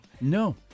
No